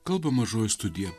kalba mažoji studija